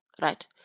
Right